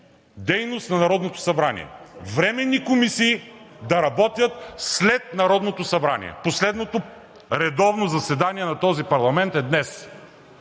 дейност на Народното събрание – временни комисии да работят след Народното събрание! Последното редовно заседание на този парламент е днес.